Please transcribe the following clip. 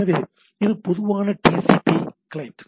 எனவே இது பொதுவான டிசிபி கிளையன்ட்